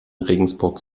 regensburg